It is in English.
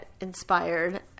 inspired